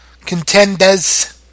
contenders